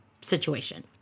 situation